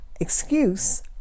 excuse